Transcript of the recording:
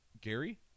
Gary